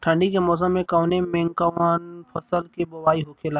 ठंडी के मौसम कवने मेंकवन फसल के बोवाई होखेला?